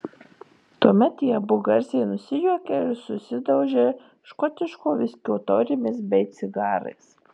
tuomet jie abu garsiai nusijuokia ir susidaužia škotiško viskio taurėmis bei cigarais